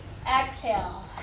Exhale